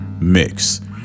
mix